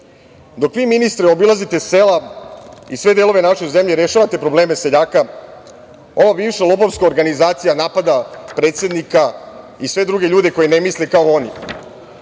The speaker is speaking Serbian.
vi, ministre, obilazite sela i sve delove naše zemlje, rešavate probleme seljaka, ova bivša lopovska organizacija napada predsednika i sve druge ljude koji ne misle kao oni.